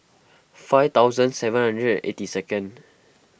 five thousand seven hundred and eighty second